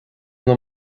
liom